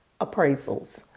appraisals